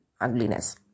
ugliness